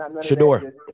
Shador